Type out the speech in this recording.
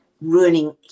ruining